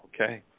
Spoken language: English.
okay